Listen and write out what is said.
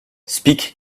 speak